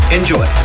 Enjoy